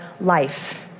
life